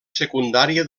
secundària